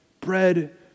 Bread